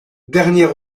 dernier